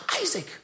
Isaac